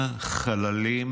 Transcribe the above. חללים,